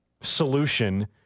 solution